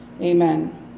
Amen